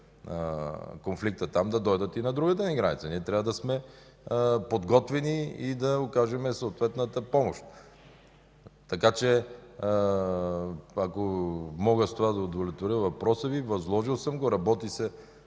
конфликтът, да дойдат и на другата ни граница. Ние трябва да сме подготвени и да окажем съответната помощ. Ако мога с това да удовлетворява въпроса Ви – възложил съм го, работи се